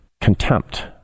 contempt